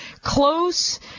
close